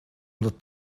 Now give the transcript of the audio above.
not